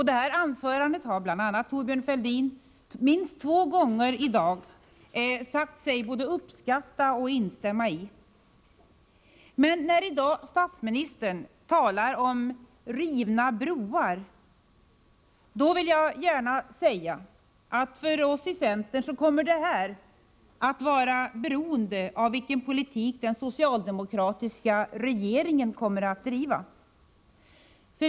Det anförandet har Thorbjörn Fälldin minst två gånger i dag sagt sig både uppskatta och instämma i. Men när statsministern i dag talar om rivna broar, vill jag gärna säga att detta för oss i centern kommer att vara beroende av vilken politik som den socialdemokratiska regeringen avser att driva.